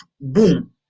boom